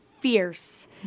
fierce